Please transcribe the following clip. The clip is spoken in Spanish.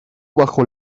bajo